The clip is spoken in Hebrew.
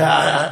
אלטרנטיבי.